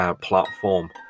platform